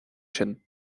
sin